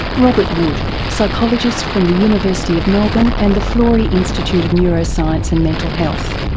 robert wood, psychologist from the university of melbourne and the florey institute of neuroscience and mental health.